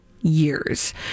years